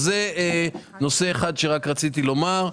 זה נושא אחד שרציתי לומר.